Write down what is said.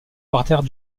parterre